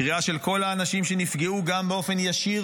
קריאה של כל האנשים שנפגעו גם באופן ישיר